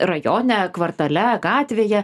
rajone kvartale gatvėje